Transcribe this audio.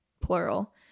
plural